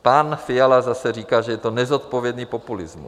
Pan Fiala zase říká, že je to nezodpovědný populismus.